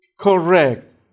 correct